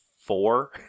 four